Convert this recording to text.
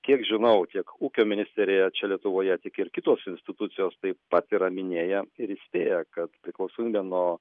kiek žinau tiek ūkio ministerija čia lietuvoje tiek ir kitos institucijos taip pat yra minėję ir įspėję kad priklausomybė nuo